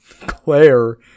Claire